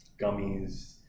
gummies